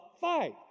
fight